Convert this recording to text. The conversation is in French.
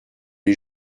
les